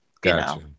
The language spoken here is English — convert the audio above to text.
Gotcha